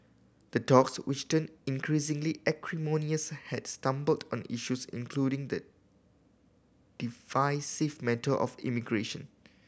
the talks which turned increasingly acrimonious had stumbled on issues including the divisive matter of immigration